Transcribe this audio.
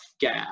gap